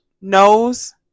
nose